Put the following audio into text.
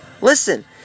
Listen